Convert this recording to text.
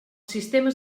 sistemes